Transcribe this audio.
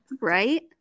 Right